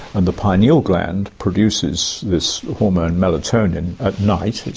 and the pineal gland produces this hormone melatonin at night,